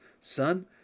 son